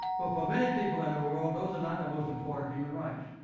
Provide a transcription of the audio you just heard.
but for many people in the world those are not the most important human rights.